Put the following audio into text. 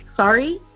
sorry